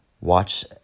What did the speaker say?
watch